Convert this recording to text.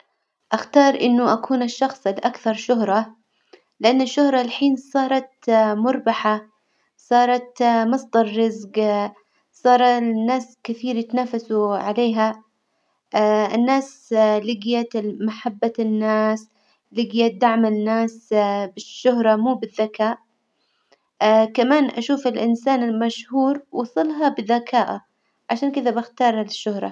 أختار إنه أكون الشخص الأكثر شهرة، لإن الشهرة الحين صارت مربحة، صارت مصدر رزج، صار الناس كثير يتنافسوا عليها الناس لجيت المحبة الناس، لجيت دعم الناس بالشهرة مو بالذكاء كمان أشوف الإنسان المشهور وصلها بذكاءه، عشان كذا بختار الشهرة.